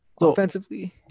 Offensively